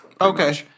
Okay